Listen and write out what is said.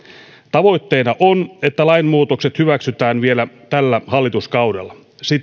tavoitteena on että lainmuutokset hyväksytään vielä tällä hallituskaudella